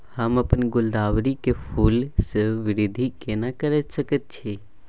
हम अपन गुलदाबरी के फूल सो वृद्धि केना करिये सकेत छी?